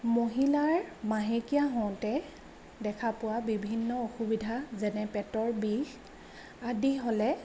মহিলাৰ মাহেকীয়া হওঁতে দেখা পোৱা বিভিন্ন অসুবিধা যেনে পেটৰ বিষ আদি হ'লে